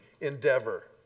endeavor